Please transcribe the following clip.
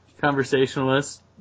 conversationalist